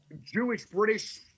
Jewish-British